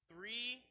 Three